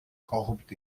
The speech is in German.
korrupt